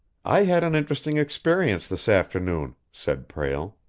i had an interesting experience this afternoon, said prale.